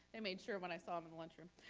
i made sure when i saw them in the lunchroom.